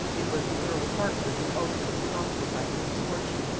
it was the earl of hertford who ultimately profited by his misfortune,